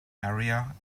area